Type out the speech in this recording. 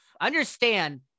Understand